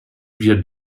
wir